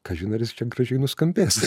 kažin ar jis čia gražiai nuskambės